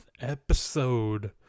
episode